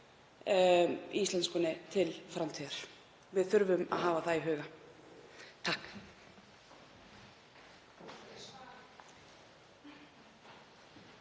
íslenskunni til framtíðar. Við þurfum að hafa það í huga.